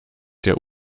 der